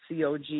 COG